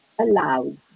allowed